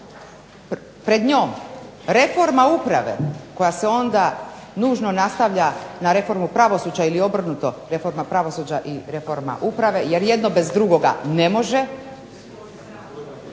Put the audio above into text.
pred njom reforma uprave koja se onda nužno nastavlja na reformu pravosuđa ili obrnuto reforma pravosuđa i reforma uprave, jer jedno bez drugoga ne može,